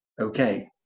okay